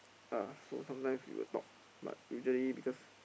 uh so sometimes we will talk but usually because